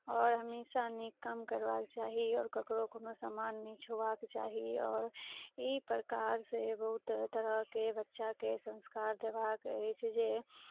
आओर हमेशा नीक कम करबाक चाही आओर ककरो कोनो समान नहि छूबाक चाही आओर ई प्रकार से बहुत तरह तरहके बच्चाके संस्कार देबाक अछि जे